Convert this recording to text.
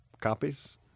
copies